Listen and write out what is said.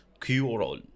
Q-roll